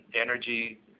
energy